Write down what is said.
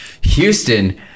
Houston